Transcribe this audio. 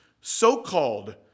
so-called